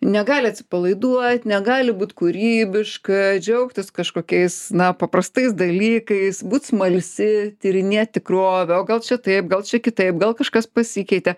negali atsipalaiduot negali būt kūrybiška džiaugtis kažkokiais na paprastais dalykais būt smalsi tyrinėt tikrovę o gal čia taip gal čia kitaip gal kažkas pasikeitė